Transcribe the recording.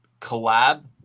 collab